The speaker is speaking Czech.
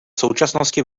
současnosti